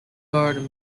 garde